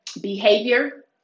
behavior